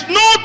no